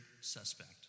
suspect